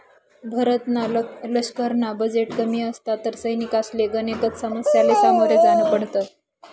भारतना लशकरना बजेट कमी असता तर सैनिकसले गनेकच समस्यासले समोर जान पडत